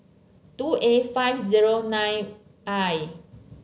two A five zero nine I